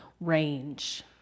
range